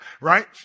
right